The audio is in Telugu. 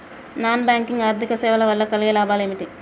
నాన్ బ్యాంక్ ఆర్థిక సేవల వల్ల కలిగే లాభాలు ఏమిటి?